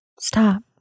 stop